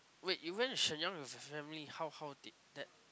wait you went to Shenyang with your family how how did that